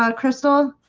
um crystal,